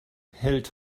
hält